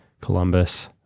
Columbus